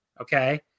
okay